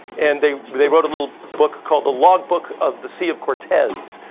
and they they wrote a little book called the log book of the sea of cortez,